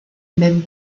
même